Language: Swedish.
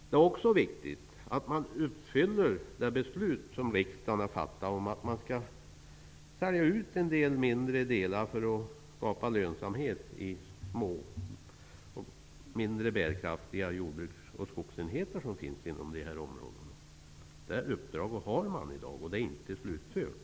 Det är också väsentligt att regeringen lever upp till riksdagens beslut om att en del mindre delar skall säljas ut för att skapa lönsamhet i små och mindre bärkraftiga jordbruks och skogsenheter som finns inom dessa områden. Det uppdraget har regeringen i dag. Det är inte slutfört.